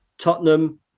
Tottenham